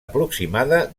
aproximada